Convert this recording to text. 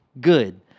good